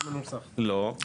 לא.